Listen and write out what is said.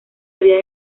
había